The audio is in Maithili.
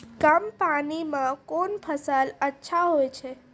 कम पानी म कोन फसल अच्छाहोय छै?